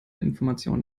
information